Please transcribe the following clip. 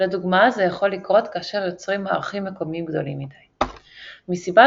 הצהרה